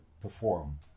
perform